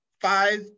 five